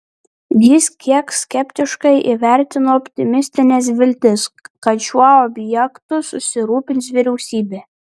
jis kiek skeptiškai įvertino optimistines viltis kad šiuo objektu susirūpins vyriausybė